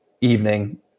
evening